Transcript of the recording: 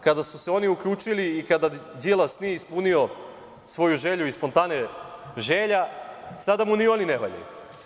Kada su se oni uključili i kada Đilas nije ispunio svoju želju iz fontane želja, sada mu ni oni ne valjaju.